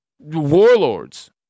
warlords